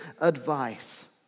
advice